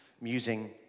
musing